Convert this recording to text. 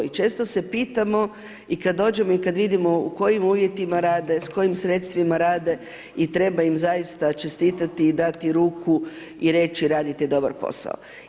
I često se pitamo i kada dođemo i kada vidimo u kojim uvjetima rade i s kojim sredstvima rade i treba im zaista čestita i dati ruku i reći radite dobar posao.